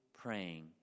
praying